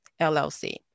LLC